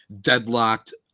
deadlocked